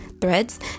threads